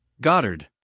Goddard